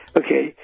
okay